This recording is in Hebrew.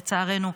לצערנו,